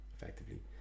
effectively